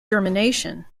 germination